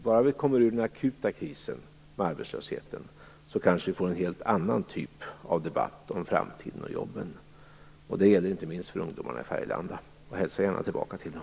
Bara vi kommer ur den akuta krisen med hög arbetslöshet kanske vi får en helt annan typ av debatt om framtiden och jobben, och det gäller inte minst för ungdomarna i Färgelanda. Hälsa gärna tillbaka till dem!